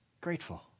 grateful